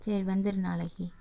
சரி வந்துடு நாளைக்கு